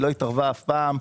היא לא התערבה אף פעם,